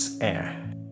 air